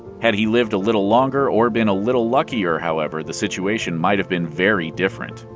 had he lived a little longer or been a little luckier, however, the situation might've been very different.